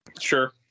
Sure